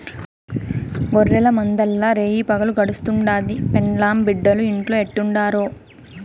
గొర్రెల మందల్ల రేయిపగులు గడుస్తుండాది, పెండ్లాం బిడ్డలు ఇంట్లో ఎట్టుండారో